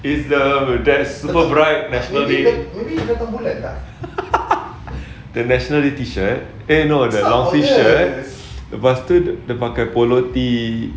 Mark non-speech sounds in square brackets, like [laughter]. is the super bright national day [laughs] the national day T-shirt eh no the north east shirt lepas tu dia pakai polo tee